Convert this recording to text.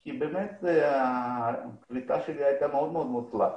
כי באמת הקליטה שלי הייתה מאוד קולחת.